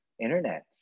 internet